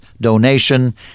donation